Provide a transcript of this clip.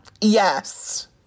yes